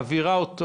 מעבירה אותו